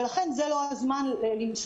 ולכן זה לא הזמן למסור.